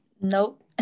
Nope